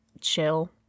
chill